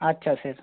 আচ্ছা স্যার